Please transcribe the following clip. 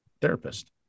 therapist